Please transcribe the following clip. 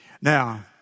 Now